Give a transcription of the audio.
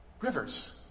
Rivers